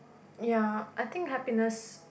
ya I think happiness